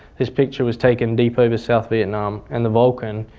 this picture was taken deep over south vietnam and the vulcan,